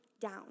down